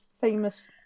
famous